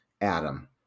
Adam